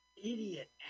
idiot